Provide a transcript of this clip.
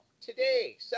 Today